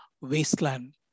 wasteland